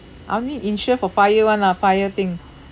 I only insure for fire [one] lah fire thing